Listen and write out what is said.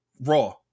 raw